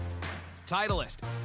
Titleist